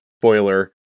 spoiler